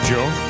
Joe